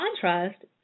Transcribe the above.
contrast